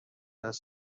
است